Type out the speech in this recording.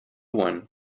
one